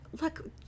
look